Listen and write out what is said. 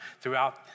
throughout